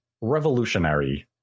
revolutionary